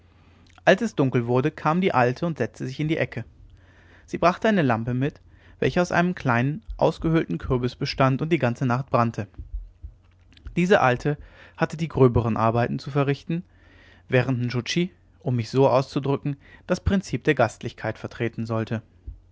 als es dunkel wurde kam die alte und setzte sich in die ecke sie brachte eine lampe mit welche aus einem kleinen ausgehöhlten kürbis bestand und die ganze nacht brannte diese alte hatte die gröberen arbeiten zu verrichten während nscho tschi um mich so auszudrücken das prinzip der gastlichkeit vertreten sollte